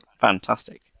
Fantastic